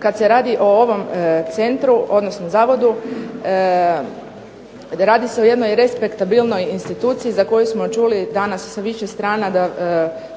kad se radi o ovom centru odnosno zavodu radi se o jednoj respektabilnoj instituciji za koju smo čuli danas sa više strana da